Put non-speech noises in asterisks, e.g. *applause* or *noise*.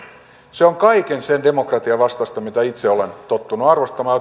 se on kaiken sen demokratian vastaista mitä itse olen tottunut arvostamaan *unintelligible*